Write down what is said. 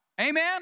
Amen